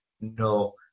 No